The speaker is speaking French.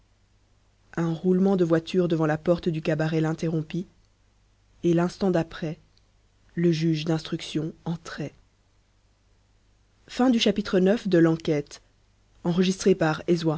un roulement de voiture devant la porte du cabaret l'interrompit et l'instant d'après le juge d'instruction entrait